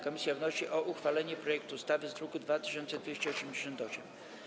Komisja wnosi o uchwalenie projektu ustawy z druku nr 2288.